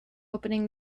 opening